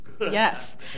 Yes